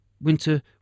Winter